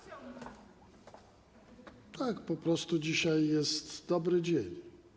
Tak, po prostu dzisiaj jest dobry dzień.